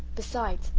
besides,